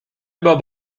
über